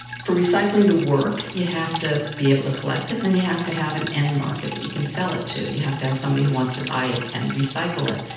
for recycling to work you have to be able to collect it, then you have to have an end market that you can sell it to, you have to have somebody who wants to buy it it and recycle it.